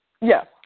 Yes